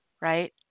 right